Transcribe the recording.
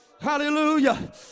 hallelujah